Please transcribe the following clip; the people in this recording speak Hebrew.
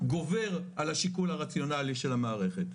גובר על השיקול הרציונלי של המערכת.